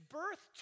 birth